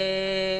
כן.